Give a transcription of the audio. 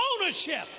ownership